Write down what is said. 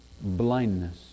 blindness